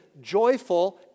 joyful